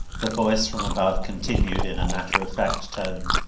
the voice from above continued in a matter-of-fact tone.